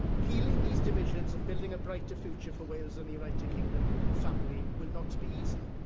healing these divisions and building a brighter future for wales and the united kingdom family will not be easy.